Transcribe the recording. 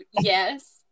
yes